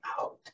out